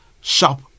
shop